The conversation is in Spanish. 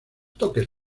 toques